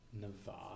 Nevada